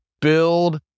Build